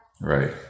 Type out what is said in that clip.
Right